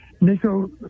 Nico